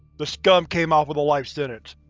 the scum came off with a life sentence.